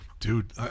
Dude